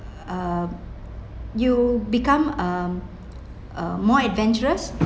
um you become um uh more adventurous